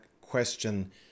question